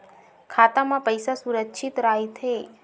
खाता मा पईसा सुरक्षित राइथे?